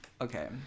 Okay